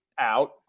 out